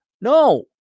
No